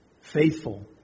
faithful